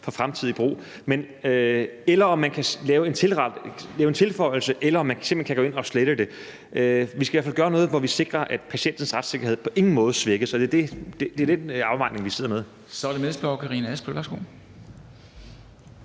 for fremtidig brug. Eller kan man lave en tilføjelse, eller kan man simpelt hen gå ind og slette det? Vi skal i hvert fald gøre noget, hvor vi sikrer, at patientens retssikkerhed på ingen måde svækkes. Det er den afvejning, vi sidder med. Kl. 13:33 Formanden